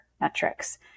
metrics